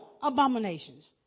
abominations